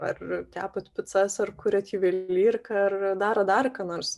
ar kepat picas ar kuriat juvelyriką ar darot dar ką nors